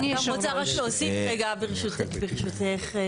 אני רוצה להוסיף רגע, ברשותך.